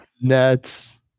Nets